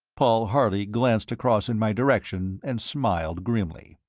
paul harley glanced across in my direction and smiled grimly.